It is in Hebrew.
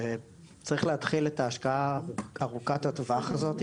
שצריך להתחיל את ההשקעה ארוכת הטווח הזו,